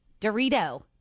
Dorito